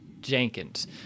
Jenkins